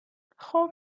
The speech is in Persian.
خوب